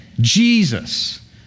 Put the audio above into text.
Jesus